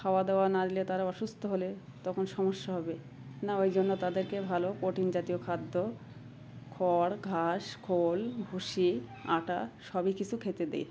খাওয়া দাওয়া না দলে তারা অসুস্থ হলে তখন সমস্যা হবে না ওই জন্য তাদেরকে ভালো প্রোটিন জাতীয় খাদ্য খড় ঘাস খোল ভুষি আটা সবই কিছু খেতে দিই